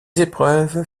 épreuves